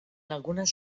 algunes